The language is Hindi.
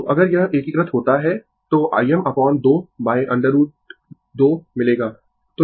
तो अगर यह एकीकृत होता है तो Im अपोन 2 √2 मिलेगा